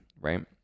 right